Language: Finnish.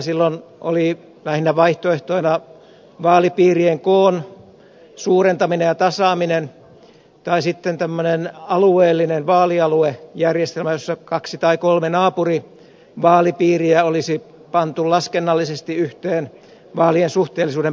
silloin oli vaihtoehtoina lähinnä vaalipiirien koon suurentaminen ja tasaaminen ja sitten tämmöinen alueellinen vaalialuejärjestelmä jossa kaksi tai kolme naapurivaalipiiriä olisi pantu laskennallisesti yhteen vaalien suhteellisuuden parantamiseksi